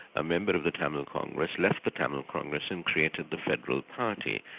a member of the tamil congress, left the tamil congress and created the federal party,